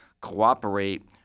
cooperate